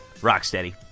Rocksteady